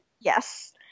Yes